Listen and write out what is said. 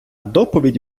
доповідь